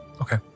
Okay